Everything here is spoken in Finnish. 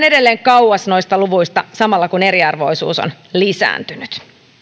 edelleen kauas noista luvuista samalla kun eriarvoisuus on lisääntynyt